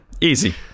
Easy